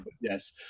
yes